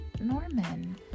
Norman